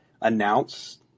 announce